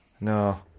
No